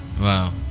Wow